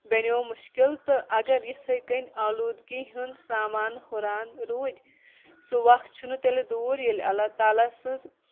بَنیو مُشکِل تہٕ اَگر یِتھے کَنۍ آلودٕگی ہُنٛد سامان ہُران روٗدۍ سُہ وقت چھُ نہٕ تیٚلہِ دوٗر ییٚلہِ االلہ تلہ سٔنٛز